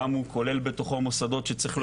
והוא גם כולל בתוכו מוסדות שצריך להוריד,